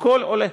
לכל עולה.